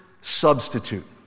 substitute